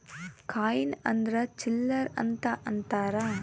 coin ಅಂದ್ರ ಚಿಲ್ಲರ್ ಅಂತ ಅಂತಾರ